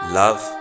love